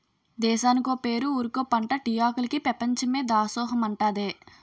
దేశానికో పేరు ఊరికో పంటా టీ ఆకులికి పెపంచమే దాసోహమంటాదే